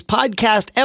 Podcast